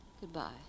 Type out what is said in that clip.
Goodbye